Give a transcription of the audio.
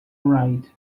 right